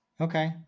Okay